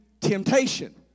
temptation